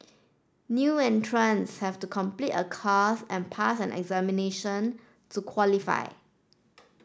new entrants have to complete a course and pass an examination to qualify